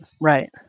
right